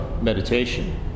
meditation